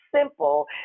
simple